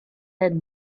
had